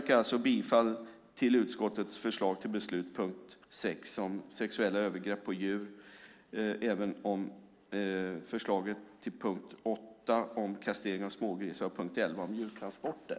Jag yrkar bifall till utskottets förslag till beslut under punkt 6 om sexuella övergrepp på djur, under punkt 8 om kastrering av smågrisar och under punkt 11 om djurtransporter.